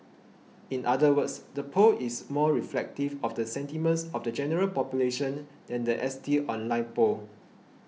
in other words the poll is more reflective of the sentiments of the general population than the S T online poll